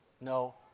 No